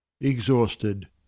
Exhausted